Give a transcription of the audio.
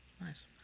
Nice